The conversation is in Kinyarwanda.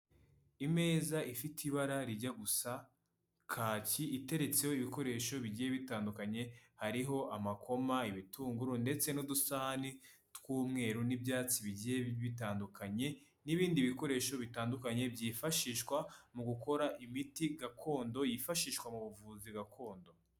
Imeza ifite ibara rijya gusa kaki, iteretseho ibikoresho bigiye bitandukanye, hariho amakoma ibitunguru ndetse n'udusahani tw'umweru n'ibyatsi bigiye bitandukanye n'ibindi bikoresho bitandukanye byifashishwa mu gukora imiti gakondo, yifashishwa mu buvuzi gakondo.